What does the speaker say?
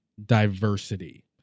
diversity